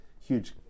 huge